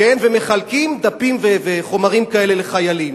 ומחלקים דפים וחומרים כאלה לחיילים.